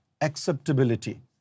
acceptability